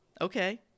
Okay